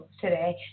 today